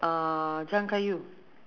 they have the big prawns